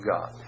God